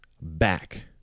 back